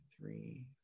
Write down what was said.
three